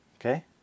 okay